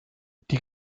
die